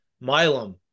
Milam